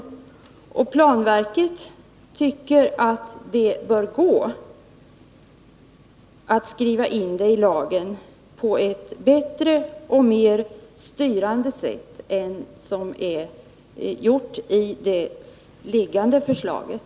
Enligt planverket bör det gå att skriva in det i lagen på ett bättre och mera styrande sätt än som är fallet när det gäller det föreliggande förslaget.